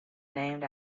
named